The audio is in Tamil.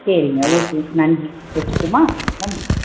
சரிங்க ஓகே நன்றி வச்சிடட்டுமா நன்